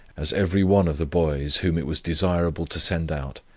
as every one of the boys, whom it was desirable to send out,